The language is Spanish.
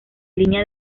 línea